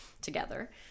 together